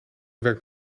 werkt